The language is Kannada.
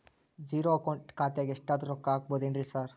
ಝೇರೋ ಅಕೌಂಟ್ ಖಾತ್ಯಾಗ ಎಷ್ಟಾದ್ರೂ ರೊಕ್ಕ ಹಾಕ್ಬೋದೇನ್ರಿ ಸಾರ್?